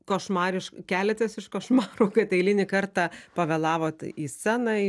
košmarišk keliatės iš košmarų kad eilinį kartą pavėlavot į sceną